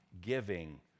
giving